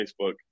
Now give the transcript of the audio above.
Facebook